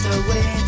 away